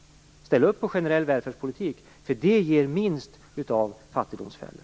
Ställ upp på generell välfärdspolitik! Det ger minst fattigdomsfällor.